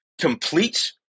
complete